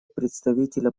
представителя